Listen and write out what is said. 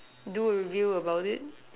do review about it